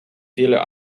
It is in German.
vieler